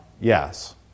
Yes